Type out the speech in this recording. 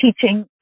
teaching